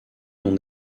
non